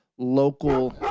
local